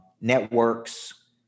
networks